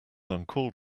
uncalled